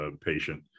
patient